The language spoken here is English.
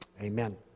Amen